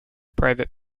private